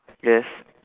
yes